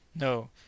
No